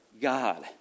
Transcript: God